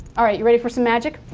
all right, you ready for some magic?